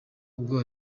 ubwo